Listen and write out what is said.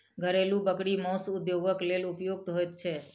घरेलू बकरी मौस उद्योगक लेल उपयुक्त होइत छै